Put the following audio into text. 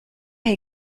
est